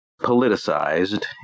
politicized